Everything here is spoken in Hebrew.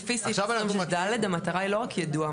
במקרה, לפי סעיף 26ד המטרה היא לא רק יידוע.